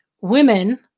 women